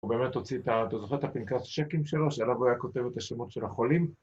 הוא באמת הוציא את... אתה זוכר את הפנקס שקים שלו, שעליו הוא היה כותב את השמות של החולים?